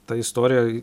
ta istorija